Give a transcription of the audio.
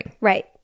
Right